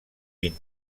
vint